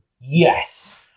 Yes